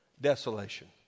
desolation